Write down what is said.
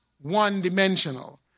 one-dimensional